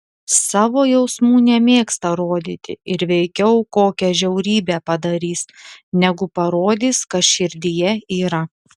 savo jausmų nemėgsta rodyti ir veikiau kokią žiaurybę padarys negu parodys kas širdyje yra